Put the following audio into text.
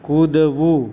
કૂદવું